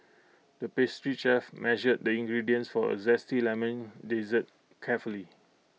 the pastry chef measured the ingredients for A Zesty Lemon Dessert carefully